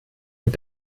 mit